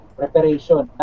preparation